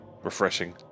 Refreshing